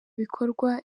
bikorwa